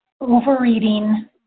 overeating